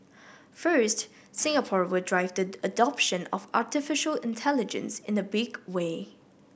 first Singapore will drive the adoption of artificial intelligence in the big way